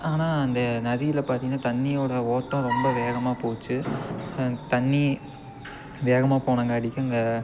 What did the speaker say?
ஆனால் அந்த நதியில் பார்த்தீங்கன்னா தண்ணியோட ஓட்டம் ரொம்ப வேகமாக போச்சு தண்ணி வேகமாக போனாங்காட்டிக்கும் அங்கே